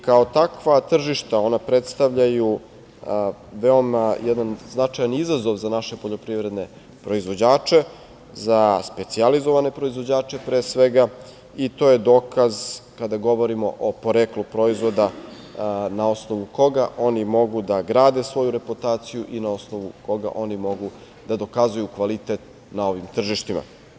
Kao takva tržišta, ona predstavljaju veoma jedan značajan izazov za naše poljoprivredne proizvođače, za specijalizovane proizvođače, pre svega, i to je dokaz kada govorimo o poreklu proizvoda na osnovu koga oni mogu da grade svoju reputaciju i na osnovu koga oni mogu da dokazuju kvalitet na ovim tržištima.